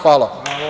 Hvala.